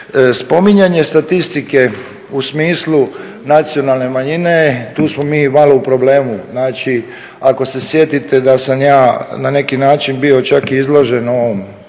Spominjanje statistike u smislu nacionalne manjine, tu smo mi malo u problemu. Znači, ako se sjetite da sam ja na neki način bio čak i izložen medijskim